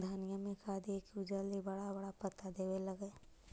धनिया में का दियै कि उ जल्दी बड़ा बड़ा पता देवे लगै?